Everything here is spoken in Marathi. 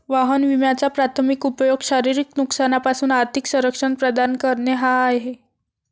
वाहन विम्याचा प्राथमिक उपयोग शारीरिक नुकसानापासून आर्थिक संरक्षण प्रदान करणे हा आहे